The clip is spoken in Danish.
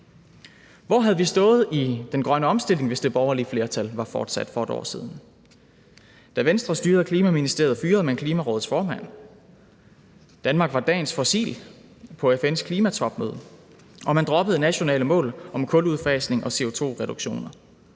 Hvor havde vi stået i den grønne omstilling, hvis det borgerlige flertal var fortsat for et år siden? Da Venstre styrede Klimaministeriet, fyrede man Klimarådets formand. Danmark var dagens fossil på FN's klimatopmøde, og man droppede nationale mål om kuludfasning og CO2-reduktioner.